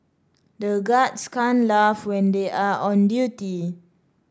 the guards can't laugh when they are on duty